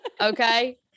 Okay